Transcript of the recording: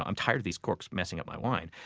i'm tired of these corks messing up my wine.